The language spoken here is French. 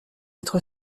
être